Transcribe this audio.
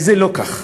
וזה לא כך.